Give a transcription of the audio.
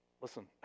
listen